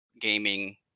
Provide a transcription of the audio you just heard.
gaming